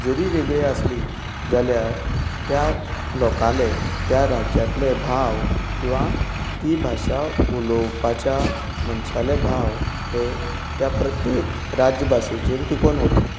जरी वेगळी आसली जाल्यार त्या लोकांले त्या राज्यांतले भाव किंवां ती भाशा उलोवपाच्या मनशाले भाव हे त्या प्रत्येक राज्यभाशेचेर टिकोन उरतात